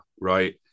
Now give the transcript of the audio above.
right